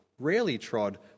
rarely-trod